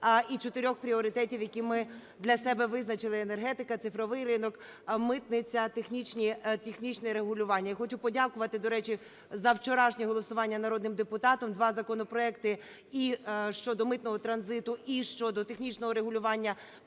і чотирьох пріоритетів, які ми для себе визначили: енергетика, цифровий ринок, митниця, технічне регулювання. І хочу подякувати, до речі, за вчорашнє голосування народним депутатам. Два законопроекти: і щодо митного транзиту, і щодо технічного регулювання